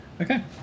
Okay